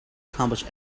accomplish